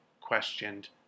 questioned